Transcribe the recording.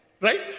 Right